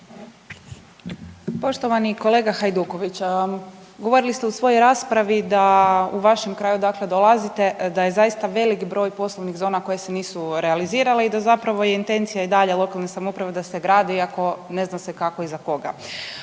Poštovani kolega Hajduković. Govorili ste u svojoj raspravi da u vašem kraju odakle dolazite da je zaista velik broj poslovnih zona koje se nisu realizirale i da zapravo je intencija i dalje lokalne samouprave da se gradi i ako ne zna se kako i za koga.